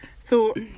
thought